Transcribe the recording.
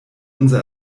unser